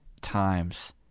times